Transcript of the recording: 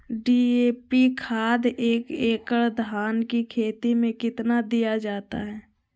DAP खाद एक एकड़ धान की खेती में कितना दीया जाता है?